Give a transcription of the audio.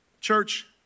Church